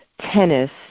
tennis